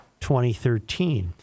2013